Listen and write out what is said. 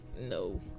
no